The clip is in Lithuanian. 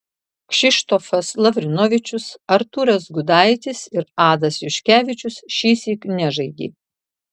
kšištofas lavrinovičius artūras gudaitis ir adas juškevičius šįsyk nežaidė